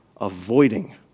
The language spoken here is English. avoiding